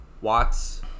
Watts